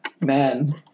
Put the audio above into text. man